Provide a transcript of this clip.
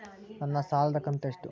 ನನ್ನ ಸಾಲದು ಕಂತ್ಯಷ್ಟು?